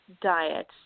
diet